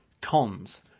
Cons